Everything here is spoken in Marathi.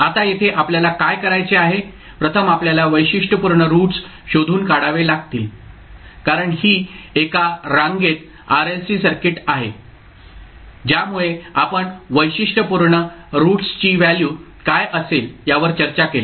आता येथे आपल्याला काय करायचे आहे प्रथम आपल्याला वैशिष्ट्यपूर्ण रूट्स शोधून काढावे लागतील कारण ही एका रांगेत RLC सर्किट आहे ज्यामुळे आपण वैशिष्ट्यपूर्ण रूट्सची व्हॅल्यू काय असेल यावर चर्चा केली